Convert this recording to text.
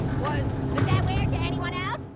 was. was that weird to anyone else?